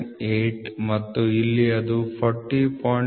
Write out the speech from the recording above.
998 ಮತ್ತು ಇಲ್ಲಿ ಅದು 40